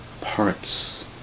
parts